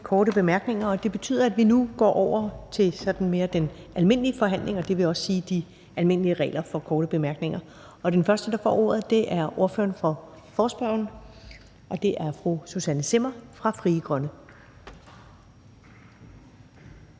korte bemærkninger. Og det betyder, at vi nu går over til den sådan mere almindelige forhandling og dermed også de almindelige regler for korte bemærkninger. Den første, der får ordet, er ordføreren for forespørgerne, og det er fru Susanne Zimmer fra Frie Grønne.